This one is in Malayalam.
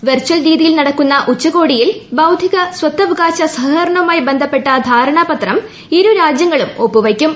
വിർചലർ രീതിയിൽ നടക്കുന്ന ഉച്ചകോടിയിൽ ബൌദ്ധിക സ്വത്തവകാശ സഹകരണവുമായി ബന്ധപ്പെട്ട ധാരണാപത്രം ഇരു രാജ്യങ്ങളും ഒപ്പുവയ്ക്കും